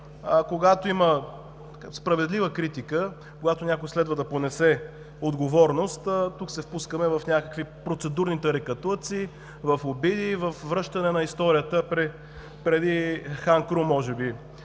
когато има справедлива критика, когато някой следва да понесе отговорност, тук се впускаме в някакви процедурни тарикатлъци, в обиди, във връщане на историята преди хан Крум може би